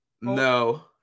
No